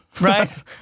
Right